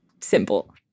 simple